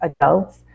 adults